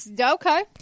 Okay